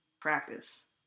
practice